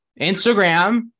Instagram